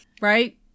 Right